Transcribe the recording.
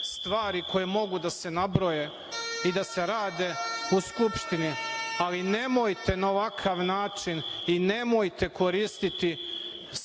stvari koje mogu da se nabroje i da se rade u Skupštini, ali nemojte na ovakav način i nemojte koristiti